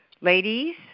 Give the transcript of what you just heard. ladies